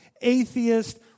atheist